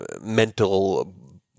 mental